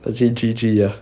actually G_G ah